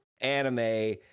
anime